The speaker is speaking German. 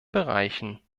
bereichen